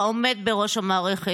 העומד בראש המערכת,